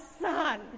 son